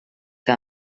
que